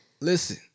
Listen